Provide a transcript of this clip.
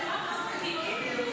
את אומרת את זה בצורה כזאת,